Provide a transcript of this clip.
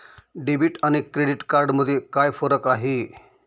Debit आणि credit card मध्ये काय फरक आहे?